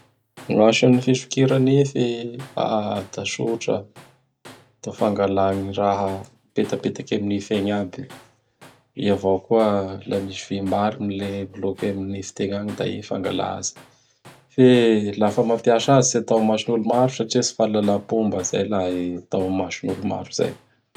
Gn'asan'ny fisokira nify! Da tsotra. Da fangalaha gny raha mipetapetaky am nify egny aby. I avao koa laha misy vihimbary mile milôky am nify lôky teña agny; da i fangala azy. Fe l fa mampiasa azy da tsy atao amason'olo maro satria tsy fahalalam-pomba izay laha atao amason'olo maro izay.